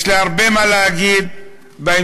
יש לי הרבה מה להגיד בהמשך.